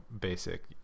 basic